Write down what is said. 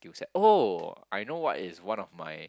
skill set oh I know what is one of my